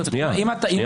אתם רוצים